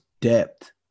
depth